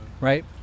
Right